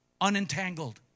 unentangled